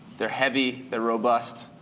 they're heavy. they're robust.